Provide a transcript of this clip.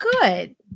good